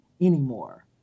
anymore